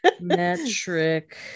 metric